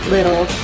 Little